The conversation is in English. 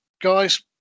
guys